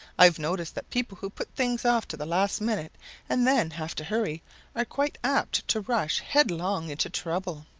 i've noticed that people who put things off to the last minute and then have to hurry are quite apt to rush headlong into trouble.